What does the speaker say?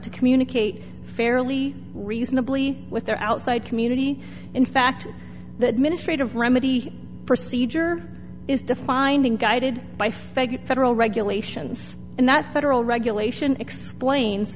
to communicate fairly reasonably with their outside community in fact the administrative remedy procedure is defined and guided by fake federal regulations and that federal regulation explains